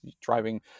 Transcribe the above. driving